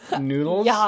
noodles